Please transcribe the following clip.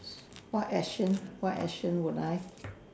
what action what action would I